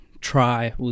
try